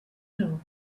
know